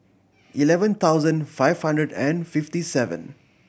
eleven thousand five hundred and fifty seven